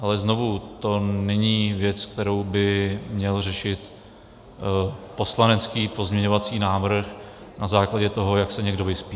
Ale znovu to není věc, kterou by měl řešit poslanecký pozměňovací návrh na základě toho, jak se někdo vyspí.